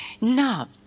Now